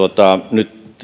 nyt